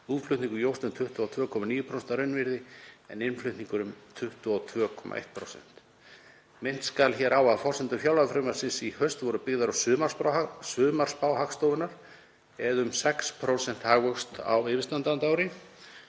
Útflutningur jókst um 22,9% að raunvirði en innflutningur um 22,1%. Minnt skal á að forsendur fjárlagafrumvarpsins í haust voru byggðar á sumarspá Hagstofunnar um 6% hagvöxt á yfirstandandi ári.